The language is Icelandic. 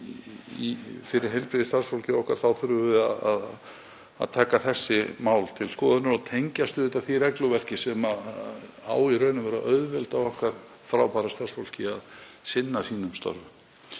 fyrir heilbrigðisstarfsfólkið okkar þá þurfum við að taka þessi mál til skoðunar og tengjast því regluverki sem á í raun og veru að auðvelda okkar frábæra starfsfólki að sinna störfum sínum.